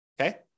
okay